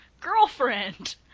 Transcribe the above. girlfriend